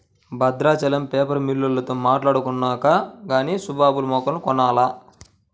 Bhadrachalam paper మిల్లోల్లతో మాట్టాడుకొన్నాక గానీ సుబాబుల్ మొక్కలు కొనాల